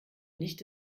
nicht